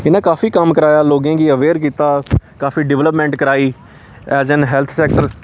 इ'नें काफी कम्म कराया लोकें गी अवेयर कीता काफी डिवलपमैंट कराई ऐज एन हैल्थ सैक्टर